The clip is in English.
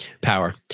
power